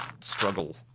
struggle